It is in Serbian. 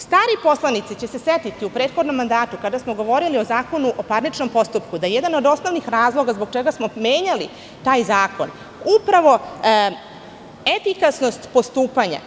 Stari poslanici će se setiti u prethodnom mandatu kada smo govorili o Zakonu o parničnom postupku, da jedan od osnovnih razloga zbog čega smo menjali taj zakon jeste upravo efikasnost postupanja.